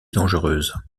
dangereuses